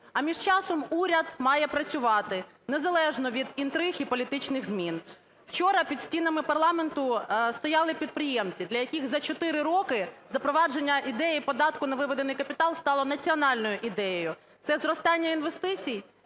А між часом, уряд має працювати незалежно від інтриг і політичних змін. Вчора під стінами парламенту стояли підприємці, для яких за чотири роки запровадження ідеї податку на виведений капітал стало національною ідеєю. Це зростання інвестицій